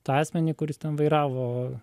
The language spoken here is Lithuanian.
tą asmenį kuris ten vairavo